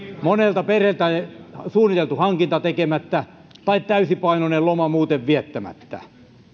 monelta perheeltä jäi suunniteltu hankinta tekemättä tai täysipainoinen loma muuten viettämättä